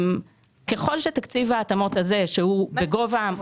ככל שתקציב ההתאמות הזה שהוא בגובה --- מה זה תקציב התאמות?